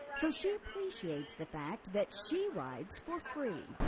so she appreciates the fact that she rides for free.